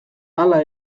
hala